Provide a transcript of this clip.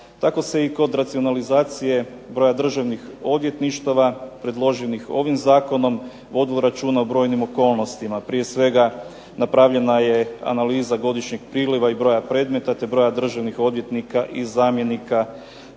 Tako se i kod racionalizacije broja državnih odvjetništava predloženih ovim zakonom vodilo računa o brojnim okolnostima. Prije svega napravljena je analiza godišnjeg priliva i broja predmeta, te broja državnih odvjetnika i zamjenika